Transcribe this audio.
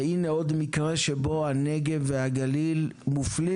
והנה עוד מקרה שבו הנגב והגליל מופלים